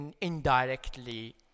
indirectly